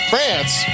France